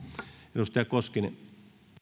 edustaja koskinen